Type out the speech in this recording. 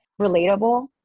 relatable